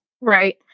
Right